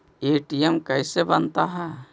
ATM कैसे बनता?